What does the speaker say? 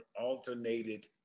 alternated